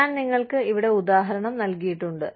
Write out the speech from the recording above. ഞാൻ നിങ്ങൾക്ക് ഇവിടെ ഉദാഹരണം നൽകിയിട്ടുണ്ട്